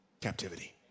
captivity